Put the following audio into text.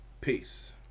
Peace